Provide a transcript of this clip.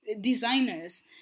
designers